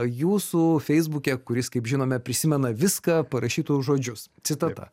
jūsų feisbuke kuris kaip žinome prisimena viską parašytus žodžius citata